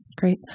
Great